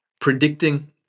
predicting